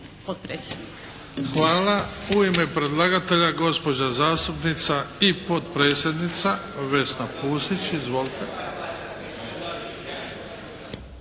Hvala. U ime predlagatelja gospođa zastupnica i potpredsjednica Vesna Pusić. Izvolite.